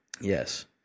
Yes